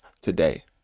today